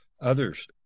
others